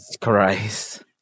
Christ